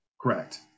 Correct